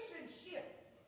relationship